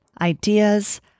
Ideas